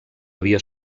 havia